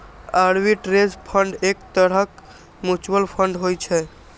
arbitrage fund एक तरहक mutual fund होइ छै